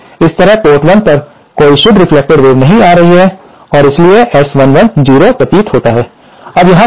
इसलिए इस तरह पोर्ट 1 पर कोई शुद्ध रेफ्लेक्टेड वेव नहीं आ रही है और इसलिए S11 0 प्रतीत होता है